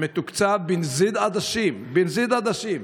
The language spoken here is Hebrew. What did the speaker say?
שמתוקצב בנזיד עדשים, בנזיד עדשים,